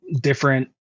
different